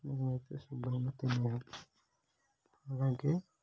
మేము అయితే శుభ్రంగా తిన్నా అలాగే